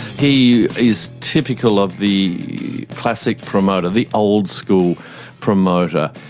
he is typical of the classic promoter, the old school promoter.